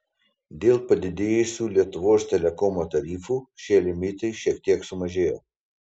dėl padidėjusių lietuvos telekomo tarifų šie limitai šiek tiek sumažėjo